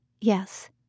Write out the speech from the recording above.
yes